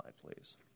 please